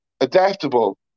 adaptable